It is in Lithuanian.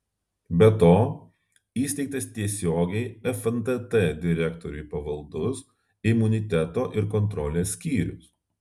be to įsteigtas tiesiogiai fntt direktoriui pavaldus imuniteto ir kontrolės skyrius